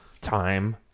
time